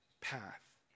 path